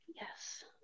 yes